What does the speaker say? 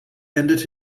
ended